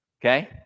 Okay